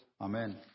amen